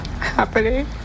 happening